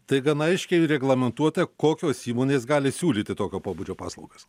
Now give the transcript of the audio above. tai gana aiškiai reglamentuota kokios įmonės gali siūlyti tokio pobūdžio paslaugas